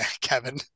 Kevin